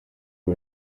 uwo